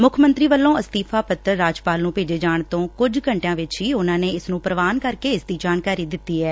ਮੱਖ ਮੰਤਰੀ ਵੱਲੋਂ ਅਸਤੀਫਾ ਪੱਤਰ ਰਾਜਪਾਲ ਨੂੰ ਭੇਜੇ ਜਾਣ ਤੋਂ ਕੁਝ ਘੰਟਿਆਂ ਵਿਚ ਹੀ ਉਨੂਾਂ ਨੇ ਇਸ ਨੂੰ ਪੁਵਾਨ ਕਰਕੇ ਇਸਦੀ ਜਾਣਕਾਰੀ ਦਿੱਤੀ ਐ